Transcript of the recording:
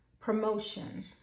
promotion